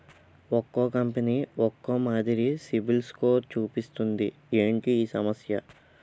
ఒక్కో కంపెనీ ఒక్కో మాదిరి సిబిల్ స్కోర్ చూపిస్తుంది ఏంటి ఈ సమస్య?